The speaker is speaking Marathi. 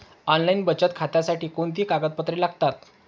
ऑनलाईन बचत खात्यासाठी कोणती कागदपत्रे लागतात?